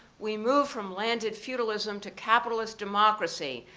we move from landed feudalism to capitalist democracy,